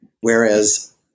Whereas